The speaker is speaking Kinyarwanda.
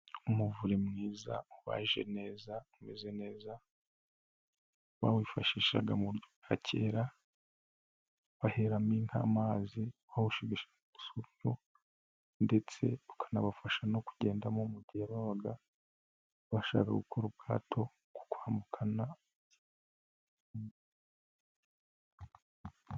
Umuvure mwiza ubaje neza, umeze neza bawifashishaga mu buryo bwa kera, baheramo inka amazi, bawu shigishiramo imisururu ,ndetse ukanabafasha no kugendamo mu gihe babaga bashaka gukora ubwato bwo kwambukana.